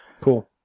Cool